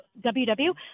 WW